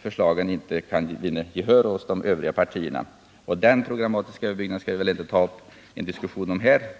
förslagen inte kan vinna gehör hos de övriga partierna. Den programmatiska överbyggnaden skall vi väl inte ta uppen diskussion om här.